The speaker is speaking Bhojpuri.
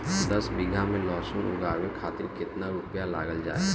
दस बीघा में लहसुन उगावे खातिर केतना रुपया लग जाले?